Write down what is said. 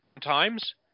times